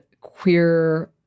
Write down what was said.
queer